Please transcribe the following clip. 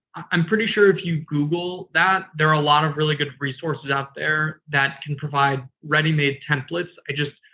i'm pretty sure if you google that, there are a lot of really good resources out there that can provide ready-made templates. i just.